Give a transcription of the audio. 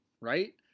Right